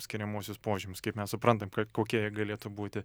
skiriamuosius požymius kaip mes suprantam kokie jie galėtų būti